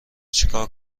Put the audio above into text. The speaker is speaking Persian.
چیکار